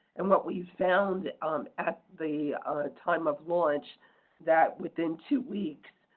and what we found at the time of launch that within two weeks,